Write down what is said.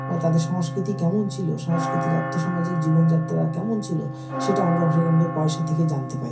বা তাদের সংস্কৃতি কেমন ছিল সাংস্কৃতিক আর্থসামাজিক জীবনযাত্রা কেমন ছিল সেটা আমরাও সেখানকার পয়সা থেকে জানতে পাই